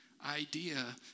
idea